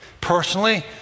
personally